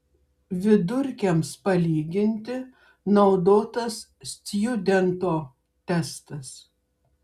vidurkiams palyginti naudotas stjudento testas